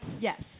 Yes